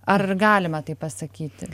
ar galima taip pasakyti